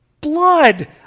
blood